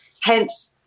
hence